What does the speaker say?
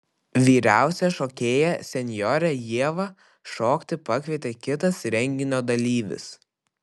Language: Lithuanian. vyriausią šokėją senjorę ievą šokti pakvietė kitas renginio dalyvis